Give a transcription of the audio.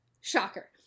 Shocker